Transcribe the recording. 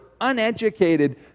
uneducated